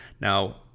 Now